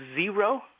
zero